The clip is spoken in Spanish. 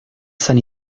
san